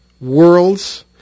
worlds